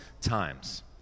times